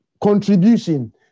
contribution